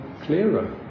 clearer